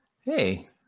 Hey